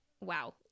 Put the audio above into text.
wow